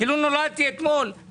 כאילו נולדתי אתמול.